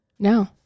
No